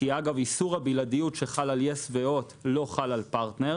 אגב איסור הבלעדיות שחל על יס והוט לא חל על פרטנר